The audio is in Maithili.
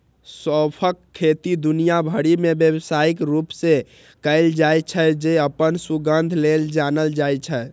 सौंंफक खेती दुनिया भरि मे व्यावसायिक रूप सं कैल जाइ छै, जे अपन सुगंध लेल जानल जाइ छै